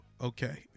okay